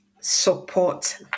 support